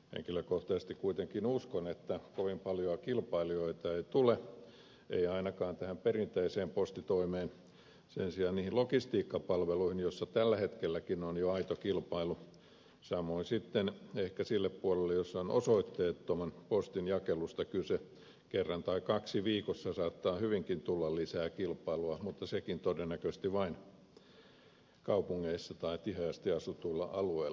henkilökohtaisesti kuitenkin uskon että kovin paljoa kilpailijoita ei tule ei ainakaan tähän perinteiseen postitoimeen sen sijaan niihin logistiikkapalveluihin joissa tällä hetkelläkin on jo aito kilpailu samoin sitten ehkä sille puolelle jossa on osoitteettoman postin jakelusta kyse kerran tai kaksi viikossa saattaa hyvinkin tulla lisää kilpailua mutta sekin todennäköisesti vain kaupungeissa tai tiheästi asutuilla alueilla